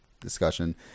discussion